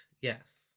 Yes